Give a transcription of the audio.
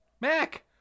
Mac